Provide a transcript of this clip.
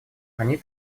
они